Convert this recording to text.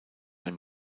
ein